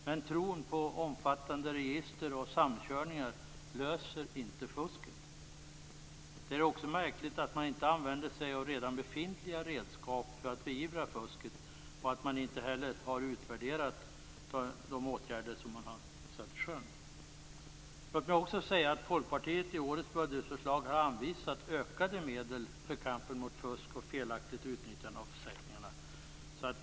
Men tron på omfattande register och samkörningar löser inte detta med fusket. Det är också märkligt att man inte använder sig av redan befintliga redskap för att beivra fusket, och att man inte heller har utvärderat de åtgärder som man har satt i sjön. Låt mig också säga att Folkpartiet i årets budgetförslag har anvisat ökade medel för kampen mot fusk och felaktigt utnyttjande av försäkringarna.